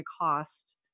cost